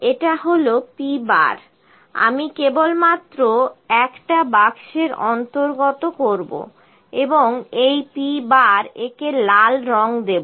এটা হল p আমি কেবলমাত্র একটা বাক্সের অন্তর্গত করব এবং এই p একে লাল রঙ দেবো